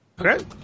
Okay